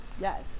Yes